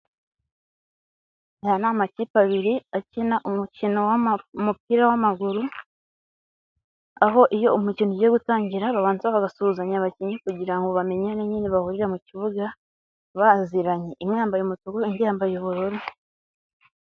Aya ni amakipe abiri akina umukino w'ama umupira w'amaguru, aho iyo umukino ugiye gutangira babanza bagasuhuzanya abakinnyi kugira ngo bamenyane nyine bahurire mu kibuga baziranye, imwe yambaye umutuku indi yambaye ubururu.